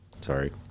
Sorry